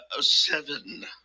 seven